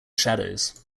shadows